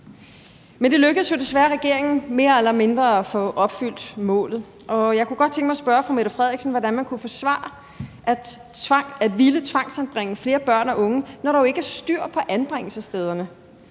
Men det lykkedes jo desværre regeringen mere eller mindre at få opfyldt målet. Og jeg kunne godt tænke mig at spørge statsministeren, hvordan man kunne forsvare at ville tvangsanbringe flere børn og unge, når der jo ikke er styr på anbringelsesstederne.